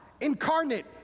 incarnate